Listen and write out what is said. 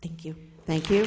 thank you thank you